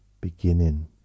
beginning